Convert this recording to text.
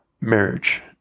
marriage